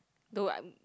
don't want